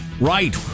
Right